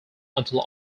until